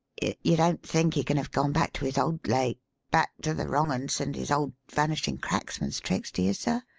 you don't think he can have gone back to his old lay back to the wrong uns and his old vanishing cracksman's tricks, do you, sir?